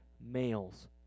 males